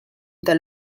tal